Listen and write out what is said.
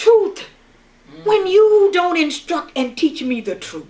truth when you don't instruct and teach me the truth